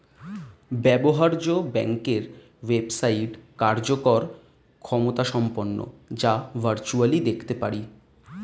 ব্যবহার্য ব্যাংকের ওয়েবসাইট কার্যকর ক্ষমতাসম্পন্ন যা ভার্চুয়ালি দেখতে পারি